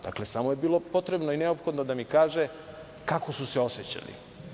Dakle, samo je bilo potrebno i neophodno da mi kaže kako su se osećali.